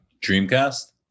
dreamcast